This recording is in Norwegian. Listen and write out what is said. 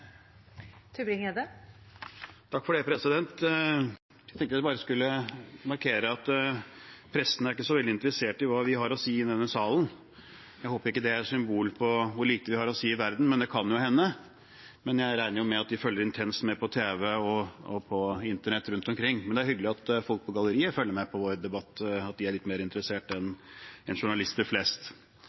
så veldig interessert i hva vi har å si i denne salen. Jeg håper ikke det er et symbol på hvor lite vi har å si i verden – det kan jo hende – men jeg regner med at de følger intenst med på tv og på internett rundt omkring. Men det er hyggelig at folk på galleriet følger med på vår debatt, og at de er litt mer interessert enn journalister flest.